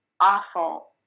awful